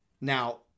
Now